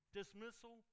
dismissal